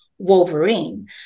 Wolverine